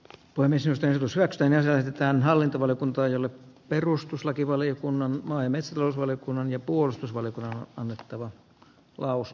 tuomisen perusrakenne säilytetään hallintovaliokunta jolle perustuslakivaliokunnan maa aines valiokunnan ja puolustusvaliokunnan on otettava laus